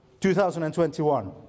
2021